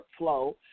workflow